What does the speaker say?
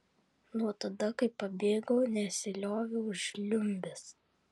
nuo tada kai pabėgau nesilioviau žliumbęs